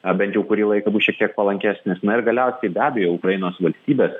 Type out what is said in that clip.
ar bent jau kurį laiką bus šiek tiek palankesnis na ir galiausiai be abejo ukrainos valstybės